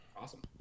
Awesome